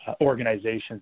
organizations